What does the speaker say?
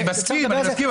אני מסכים.